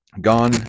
Gone